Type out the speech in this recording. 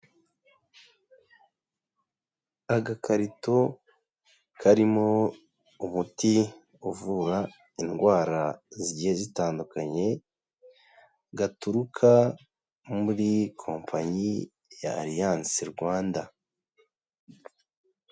Agakarito karimo umuti uvura indwara zigiye zitandukanye, gaturuka muri kompanyi ya Aliance Rwanda.